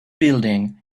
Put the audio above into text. building